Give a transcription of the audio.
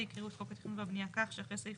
יקראו את חוק התכנון והבנייה כך שאחרי סעיף